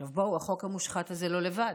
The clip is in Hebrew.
עכשיו בואו, החוק המושחת הזה לא לבד.